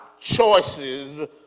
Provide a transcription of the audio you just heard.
choices